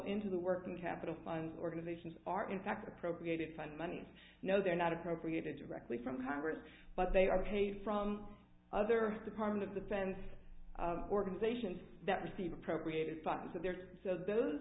into the working capital fund organizations are in fact appropriated fund money and no they're not appropriated directly from congress but they are paid from other department of defense organizations that receive appropriated funds so there's so those